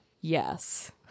Yes